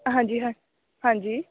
ਹਾਂਜੀ ਹਾ ਹਾਂਜੀ